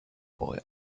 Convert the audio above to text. boy